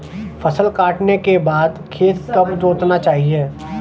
फसल काटने के बाद खेत कब जोतना चाहिये?